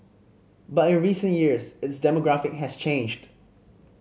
but in recent years its demographic has changed